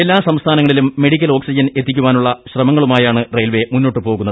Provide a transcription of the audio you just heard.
എല്ലാ സംസ്ഥാനങ്ങളിലും medical oxygen എത്തിക്കാ നുള്ള ശ്രമങ്ങളുമായാണ് റയിൽവേ മുന്നോട്ടുപോകുന്നത്